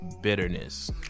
bitterness